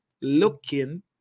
looking